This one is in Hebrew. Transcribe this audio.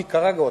ניקרגואה,